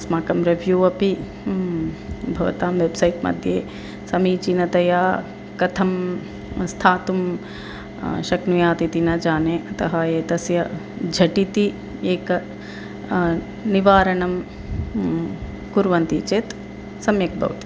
अस्माकं रेव्यू अपि भवतां वेब्सैट्मध्ये समीचीनतया कथं स्थातुं शक्नुयात् इति न जाने अतः एतस्य झटिति एकं निवारणं कुर्वन्ति चेत् सम्यक् भवति